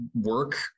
work